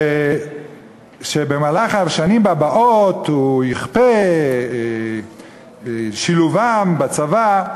שבמהלך השנים הבאות הוא יכפה שילובם בצבא.